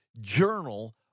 journal